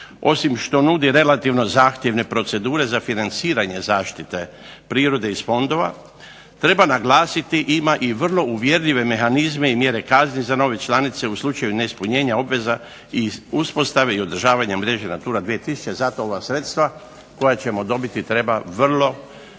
osim što nudi relativno zahtjevne procedure za financiranje zaštite prirode iz fondova, treba naglasiti ima i vrlo uvjerljive mehanizme i mjere kazni za nove članice u slučaju neispunjenja obveze i uspostave i održavanja mreže natura 2000, zato ova sredstva koja ćemo dobiti treba vrlo kvalitetno